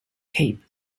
cape